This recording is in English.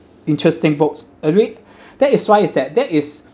interesting books I read that is why is that that is